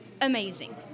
amazing